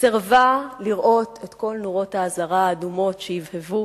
סירבה לראות את כל נורות האזהרה האדומות שהבהבו.